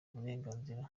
uburenganzira